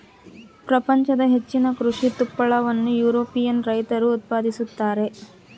ಪ್ರಪಂಚದ ಹೆಚ್ಚಿನ ಕೃಷಿ ತುಪ್ಪಳವನ್ನು ಯುರೋಪಿಯನ್ ರೈತರು ಉತ್ಪಾದಿಸುತ್ತಾರೆ